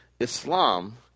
Islam